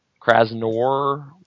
Krasnor